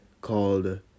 called